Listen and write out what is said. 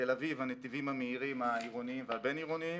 בתל אביב הנתיבים המהירים העירוניים והבינעירוניים